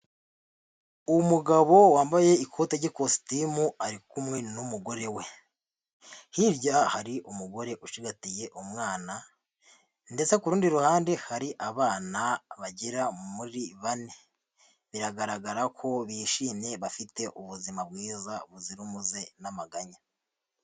Umugabo wambaye ikote ry'ikositimu ari kumwe n'umugore we. Hirya hari umugore ucigatiye umwana ndetse kuru rundi ruhande hari abana bagera muri bane biragaragara ko bishimye bafite ubuzima bwiza buzira umuze n'amaganya,